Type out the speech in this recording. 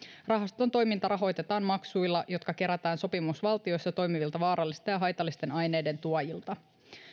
rahaston toiminta rahoitetaan maksuilla jotka kerätään sopimusvaltioissa toimivilta vaarallisten ja haitallisten aineiden tuojilta